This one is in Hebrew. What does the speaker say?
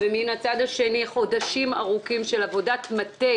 ומן הצד השני חודשים ארוכים של עבודת מטה,